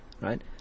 Right